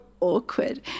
Awkward